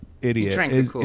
idiot